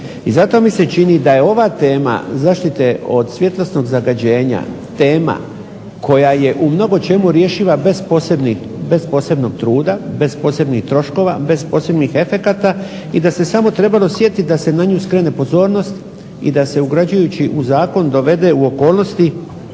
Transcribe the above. I zato mi se čini da je ova tema zaštite od svjetlosnog zagađenja tema koja je u mnogo čemu rješiva bez posebnog truda, bez posebnih troškova, bez posebnih efekata i da se samo trebalo sjetiti da se na nju skrene pozornost i da se ugarađujući u zakon dovede u okolnosti